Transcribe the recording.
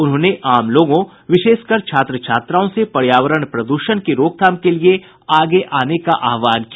उन्होंने आम लोगों विशेषकर छात्र छात्राओं से पर्यावरण प्रदूषण की रोकथाम के लिए आगे आने का आहवान किया